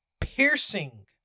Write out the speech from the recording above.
piercing